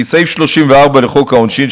כי סעיף 34י לחוק העונשין,